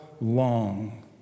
long